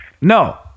No